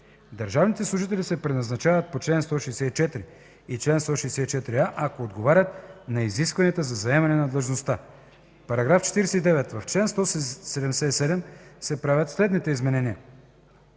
Държавните служители се преназначават по чл. 164 и чл. 164а, ако отговарят на изискванията за заемане на длъжността.” § 49. В чл. 177 се правят следните изменения: